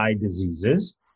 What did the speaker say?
diseases